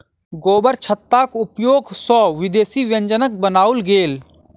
गोबरछत्ताक उपयोग सॅ विदेशी व्यंजनक बनाओल गेल